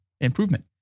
improvement